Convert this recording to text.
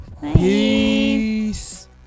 Peace